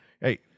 Hey